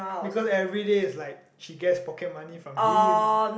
because everyday it's like she gets pocket money from him